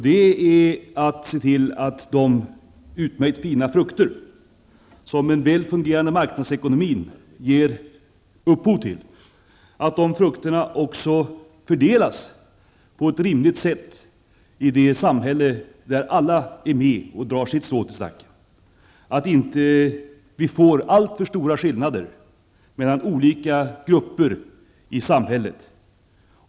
Det är att se till att de utmärkt fina frukter som en väl fungerande marknadsekonomi ger upphov till också fördelas på ett rimligt sätt i det samhälle där alla är med och drar sitt strå till stacken, så att vi inte får alltför stora skillnader mellan olika grupper i samhället.